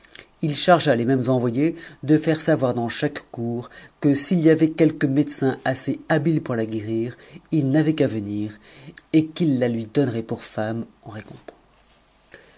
ch tt'gea les mêmes envoyés de faire savoir dans chaque cour que s'il y tait quelque médecin assez habile pour la guérir il n'avait qu'à venir et nu a lui donnerait pour femme en récompense